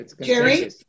Jerry